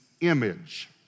image